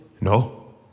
No